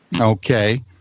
Okay